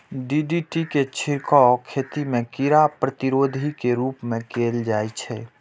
DDT के छिड़काव खेती मे कीड़ा प्रतिरोधी के रूप मे कैल जाइ छै